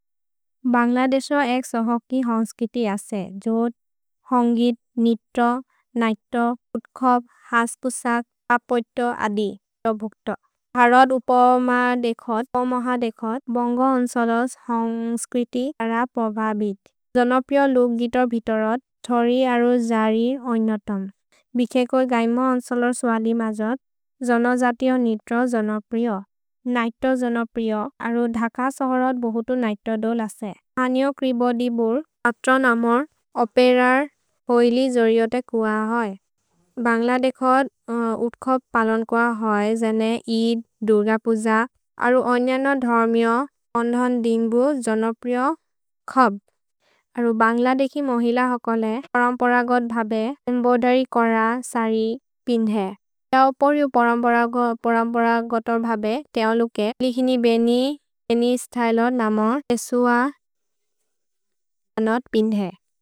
भन्ग्लदेस्व एक् सहोकि होन्ग्स्क्रिति असे जोद्, होन्गित्, नित्रो, नैत्रो, उत्खोब्, हास् पुसत्, पपोय्त्तो अदि, तो भुक्तो। भ्हरत् उपो मा देखोद्, तो मह देखोद्, बोन्गो अन्सोलस् होन्ग्स्क्रिति अर पवबिद्। जनप्रियो लुक् गितो बितोरोद्, थोरि अरो जरि ओइनोतोन्। भिखेको गैम अन्सोलोर् स्वदि मजोद्, जनोजतियो नित्रो जनप्रियो, नैत्रो जनप्रियो, अरो धक सहोरत् बहुतु नैत्रो दोल् असे। हन्यो क्रिबो दिबुर्, अत्रो नमोर्, ओपेरर्, होइलि जोरिओते कुअ होय्। भन्ग्लदेखोद् उत्खोब् पलोन् कुअ होय् जने इद्, दुर्ग पुज, अरो अन्यन धर्म्यो, अन्धन् दिन्ग्बु, जनप्रियो खोब्। अरो बन्ग्लदेखि मोहिल होकोले, परम्परगत् भबे, एम्बोदरि कोर, सरि, पिन्धे। ज ओपेरुयो परम्परगतर् भबे, तेओ लुके, लिखिनि बेनि, बेनि स्तैलो नमोर्, तेसुअ, अनद् पिन्धे।